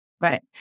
Right